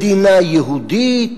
מדינה יהודית.